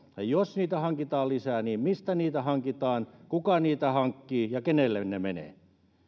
ja jos niitä hankitaan lisää niin mistä niitä hankitaan kuka niitä hankkii ja kenelle ne menevät